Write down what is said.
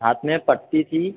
हाथ में पट्टी थी